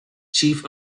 chief